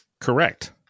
Correct